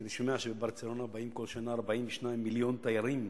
כשאני שומע שלברצלונה באים כל שנה 42 מיליון תיירים,